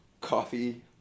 coffee